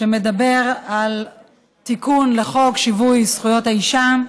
שמדברת על תיקון לחוק שיווי זכויות האישה,